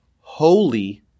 holy